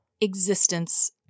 existence